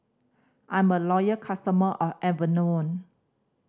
I'm a loyal customer of Enervon